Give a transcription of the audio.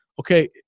okay